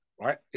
right